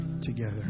together